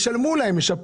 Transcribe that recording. להשמדה,